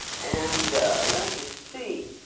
and let me see.